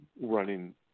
running